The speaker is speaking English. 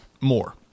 more